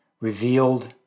revealed